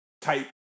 type